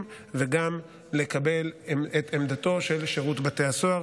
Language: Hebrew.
וגם לקבל את עמדתו של שירות בתי הסוהר,